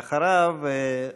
ואחריו,